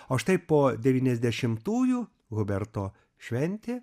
o štai po devyniasdešimtųjų huberto šventė